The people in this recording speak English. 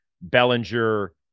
Bellinger